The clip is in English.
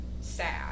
sad